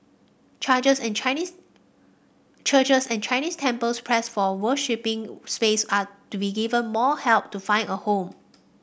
charges and Chinese churches and Chinese temples pressed for worshipping space are to be given more help to find a home